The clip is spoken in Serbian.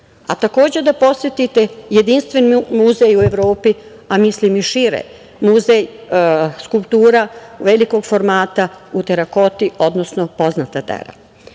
a takođe da posetite jedinstveni muzej u Evropi, a mislim i šire, Muzej skulptura velikog formata u terakoti, odnosno poznata dela. Ono